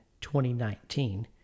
2019